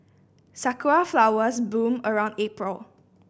sakura flowers bloom around April